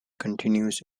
continues